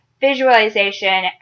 visualization